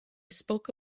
spoke